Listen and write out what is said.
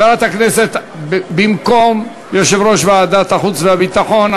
במקום יושב-ראש ועדת החוץ והביטחון,